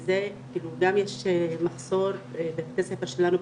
גם יש מחסור בבתי ספר שלנו,